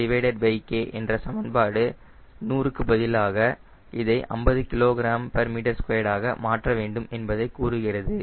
CD0K என்ற சமன்பாடு 100 ற்கு பதிலாக இதை 50 kgm2 ஆக மாற்ற வேண்டும் என்பதைக் கூறுகிறது